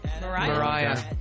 Mariah